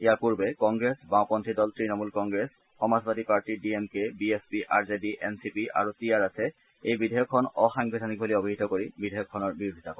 ইয়াৰ পূৰ্বে কংগ্ৰেছ বাওঁপন্থী দল Trinamool Congress Samajwadi party D M K B S P R J D N C P আৰু T R এছে এই বিধেয়কখনক অসাংবিধানিক বুলি অভিহিত কৰি বিধেয়কখনৰ বিৰোধিতা কৰে